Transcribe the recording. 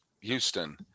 Houston